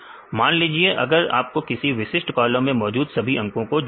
मान लीजिए अगर आपको किसी विशिष्ट कॉलम में मौजूद सभी अंकों को जोड़ना है